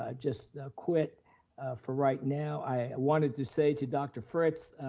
ah just quit for right now, i wanted to say to dr. fritz,